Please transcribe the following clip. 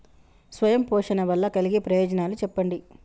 స్వయం పోషణ వల్ల కలిగే ప్రయోజనాలు చెప్పండి?